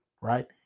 right